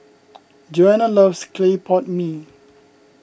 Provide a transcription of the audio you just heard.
Joana loves Clay Pot Mee